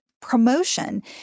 promotion